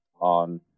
on